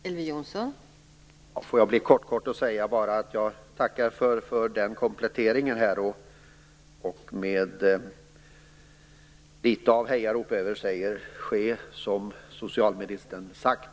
Fru talman! Jag skall fatta mig mycket kort. Jag tackar för den kompletteringen och med litet av hejarop vill jag säga: Ske som socialministern sagt!